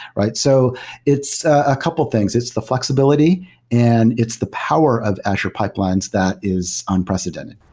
right? so it's a couple of things, it's the f lexibility and it's the power of azure pipelines that is unprecedented.